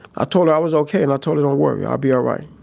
i told her i was okay and i told her, don't worry, i'll be alright.